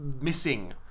missing